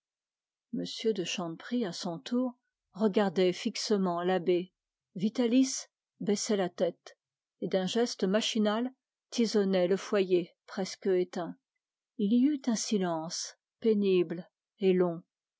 de chanteprie à son tour regardait fixement l'abbé vitalis baissait la tête et d'un geste machinal tisonnait le foyer presque éteint il y eut un silence pénible et long